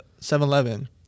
7-Eleven